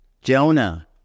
Jonah